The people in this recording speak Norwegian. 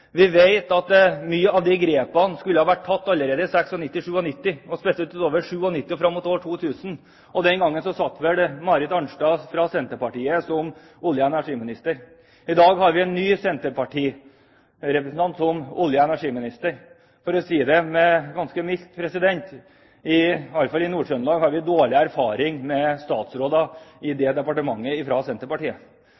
Vi vet at mange av de grepene skulle vært tatt allerede i 1996–1997, spesielt fra 1997 og fram mot 2000. Den gangen satt vel Marit Arnstad fra Senterpartiet som olje- og energiminister. I dag har vi en ny senterpartirepresentant som olje- og energiminister. For å si det ganske mildt: Iallfall i Nord-Trøndelag har vi dårlig erfaring med statsråder i det departementet fra Senterpartiet. Det har gang på gang vist seg at det skjer ingenting, men at de